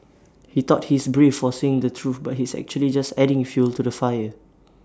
he thought he's brave for saying the truth but he's actually just adding fuel to the fire